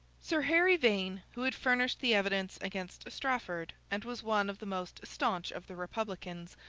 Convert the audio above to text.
sir harry vane, who had furnished the evidence against strafford, and was one of the most staunch of the republicans,